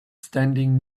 standing